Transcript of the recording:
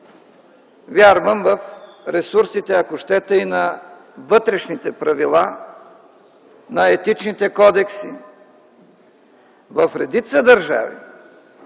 вярвам в ресурсите, ако щете и на вътрешните правила, на етичните кодекси. В редица държави